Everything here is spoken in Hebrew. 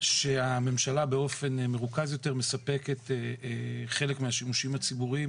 שהממשלה באופן מרוכז יותר מספקת חלק מהשימושים הציבוריים.